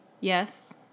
Yes